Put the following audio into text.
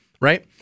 Right